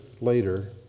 later